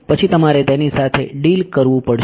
પછી તમારે તેની સાથે ડીલ કરવું પડશે